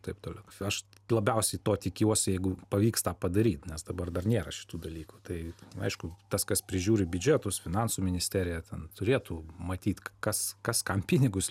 taip toliau aš labiausiai to tikiuosi jeigu pavyksta padaryt nes dabar dar nėra šitų dalykų tai aišku tas kas prižiūri biudžetus finansų ministerija ten turėtų matyt kas kas kam pinigus